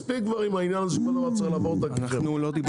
מספיק כבר עם העניין הזה שכל דבר צריך